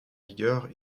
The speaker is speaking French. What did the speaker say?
vigueur